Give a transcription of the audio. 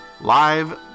live